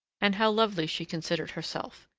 and how lovely she considered herself!